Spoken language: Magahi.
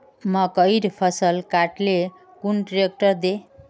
मकईर फसल काट ले कुन ट्रेक्टर दे?